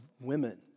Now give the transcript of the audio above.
women